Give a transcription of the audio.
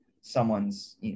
someone's